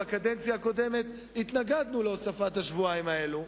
בקדנציה הקודמת התנגדנו להוספת השבועיים האלה,